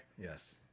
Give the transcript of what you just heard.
Yes